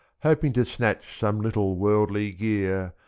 hoping to snatch some little worldly gear,